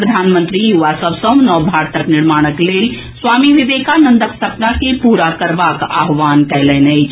प्रधानमंत्री युवा सभ सॅ नव भारतक निर्माणक लेल स्वामी विवेकानन्दक सपना कॅ पूरा करबाक आह्वान कयलनि अछि